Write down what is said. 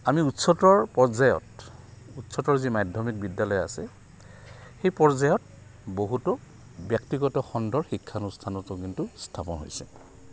আমি উচ্চতৰ পৰ্যায়ত উচ্চতৰ যি মাধ্যমিক বিদ্যালয় আছে সেই পৰ্যায়ত বহুতো ব্যক্তিগত খণ্ডৰ শিক্ষানুষ্ঠানতো কিন্তু স্থাপন হৈছে